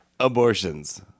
Abortions